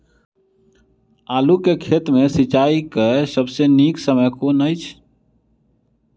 आलु केँ खेत मे सिंचाई केँ सबसँ नीक समय कुन अछि?